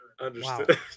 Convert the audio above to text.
Understood